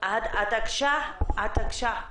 בתנאי ההעסקה ופגיעה בהכנסה.